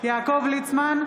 יעקב ליצמן,